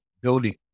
building